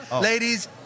Ladies